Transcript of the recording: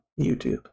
YouTube